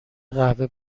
قهوه